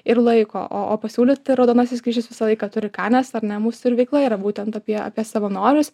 ir laiko o o pasiūlyti raudonasis kryžius visą laiką turi ką nes ar ne mūsų veikla yra būtent apie apie savanorius